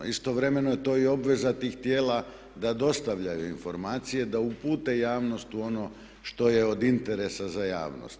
Istovremeno je to i obveza tih tijela da dostavljaju informacije, da upute javnost u ono što je od interesa za javnost.